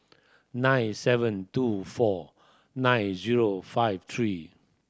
nine seven two four nine zero five three